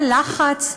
היה לחץ.